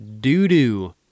doo-doo